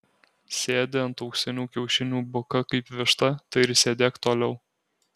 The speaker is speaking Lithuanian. sėdi ant auksinių kiaušinių buka kaip višta tai ir sėdėk toliau